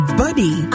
buddy